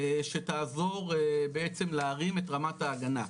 שתעזור בעצם, להרים את רמת ההגנה.